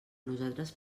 nosaltres